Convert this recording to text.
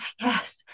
yes